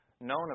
known